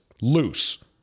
loose